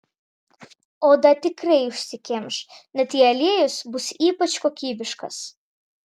oda tikrai užsikimš net jei aliejus bus ypač kokybiškas